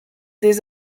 des